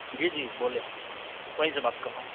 جی جی بولیں وہیں سے بات کر رہا ہوں